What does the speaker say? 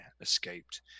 escaped